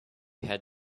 had